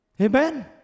Amen